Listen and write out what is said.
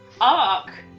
arc